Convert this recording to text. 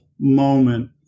moment